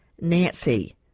nancy